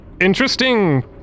interesting